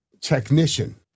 technician